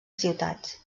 ciutats